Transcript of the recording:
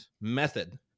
method